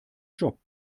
job